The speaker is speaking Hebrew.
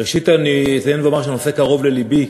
ראשית, אני אציין ואומר שהנושא קרוב ללבי.